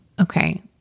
Okay